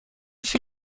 fut